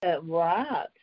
Right